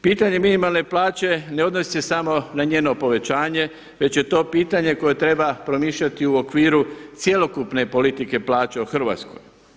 Pitanje minimalne plaće ne odnosi se samo na njeno povećanje, već je to pitanje koje treba promišljati u okviru cjelokupne politike plaće u Hrvatskoj.